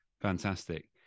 fantastic